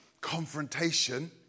confrontation